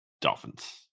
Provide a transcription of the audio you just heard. dolphins